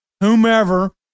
whomever